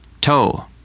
Toe